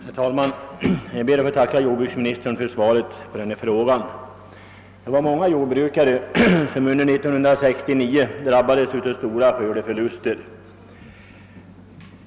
Herr talman! Jag ber att få tacka jordbruksministern för svaret. Många jordbrukare drabbades 1969 av stora skördeförluster.